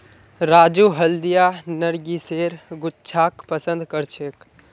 राजू हल्दिया नरगिसेर गुच्छाक पसंद करछेक